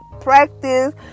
practice